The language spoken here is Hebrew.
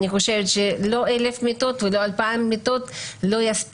אני חושבת שלא 1,000 מיטות ולא 2,000 מיטות יספיקו